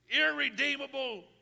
irredeemable